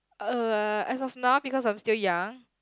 uh as of now because I am still young